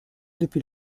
depuis